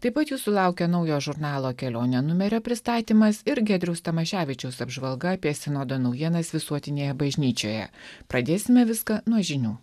taip pat jūsų laukia naujo žurnalo kelionė numerio pristatymas ir giedriaus tamaševičiaus apžvalga apie sinodo naujienas visuotinėje bažnyčioje pradėsime viską nuo žinių